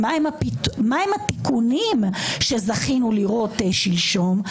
מהם התיקונים שזכינו לראות שלשום?